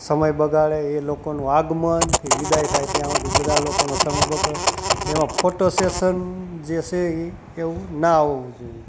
સમય બગાડે એ લોકોનું આગમનથી વિદાય થાય ત્યાં સુધી બધાય લોકોનો સમય બગાડે એમાં ફોટો સેશન જે છે એ એવું ન હોવું જોઈએ